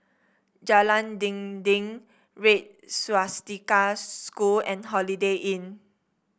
Jalan Dinding Red Swastika School and Holiday Inn